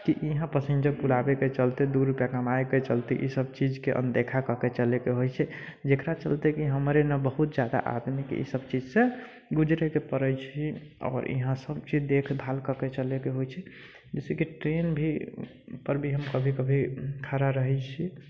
कि यहाँ पैसन्जर पुराबैके चलते दू रुपैआ कमाइके चलते इसभ चीजके अनदेखा कऽ कऽ चलैके होइ छै जेकरा चलते कि हमर एनय बहुत जादा आदमी सभके इसभ चीजसँ गुजरैके पड़ै छै आओर यहाँ सभ चीज देखभाल कऽ कऽ चलैके होइ छै जइसे कि ट्रेन पर भी हम कभी कभी खड़ा रहै छी